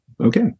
okay